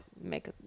make